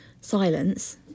Silence